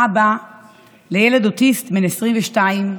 אבא לילד אוטיסט בן 22,